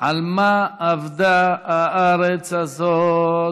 "על מה אָבְדָה הארץ" הזאת?